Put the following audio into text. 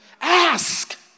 Ask